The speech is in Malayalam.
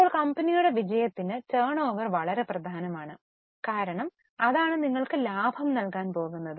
ഇപ്പോൾ കമ്പനിയുടെ വിജയത്തിന് ടേൺഓവർ വളരെ പ്രധാനമാണ് കാരണം അതാണ് നിങ്ങൾക്ക് ലാഭം നൽകാൻ പോകുന്നത്